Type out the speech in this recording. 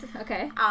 Okay